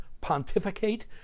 pontificate